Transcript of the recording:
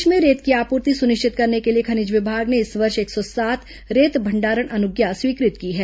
प्रदेश में रेत की आपूर्ति सुनिश्चित करने के लिए खनिज विभाग ने इस वर्ष एक सौ सात रेत भंडारण अनुज्ञा स्वीकृत की है